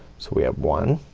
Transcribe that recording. so we have one